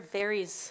varies